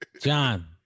John